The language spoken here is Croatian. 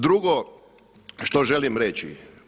Drugo što želim reći.